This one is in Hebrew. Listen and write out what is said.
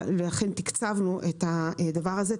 ולכן תקצבנו את הדבר הזה.